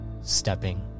stepping